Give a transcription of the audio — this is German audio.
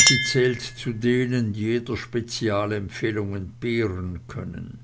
sie zählt zu denen die jeder spezialempfehlung entbehren können